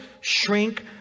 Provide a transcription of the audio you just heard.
shrink